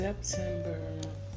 September